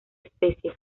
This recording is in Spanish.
especie